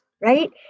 Right